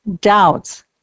doubts